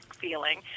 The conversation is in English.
feeling